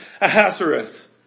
Ahasuerus